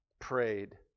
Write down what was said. prayed